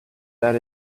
that